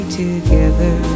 together